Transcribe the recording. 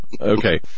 okay